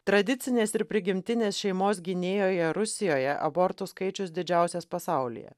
tradicinės ir prigimtinės šeimos ginėjoje rusijoje abortų skaičius didžiausias pasaulyje